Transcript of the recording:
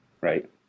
right